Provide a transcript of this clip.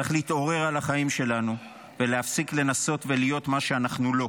צריך להתעורר על החיים שלנו ולהפסיק לנסות ולהיות מה שאנחנו לא,